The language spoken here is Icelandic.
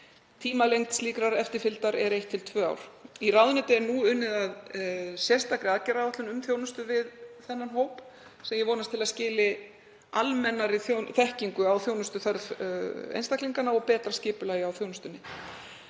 Tímalengd slíkrar eftirfylgdar er eitt til tvö ár. Í ráðuneytinu er nú unnið að sérstakri aðgerðaáætlun um þjónustu við þennan hóp sem ég vonast til að skili almennari þekkingu á þjónustuþörf einstaklinganna og betra skipulagi á þjónustunni.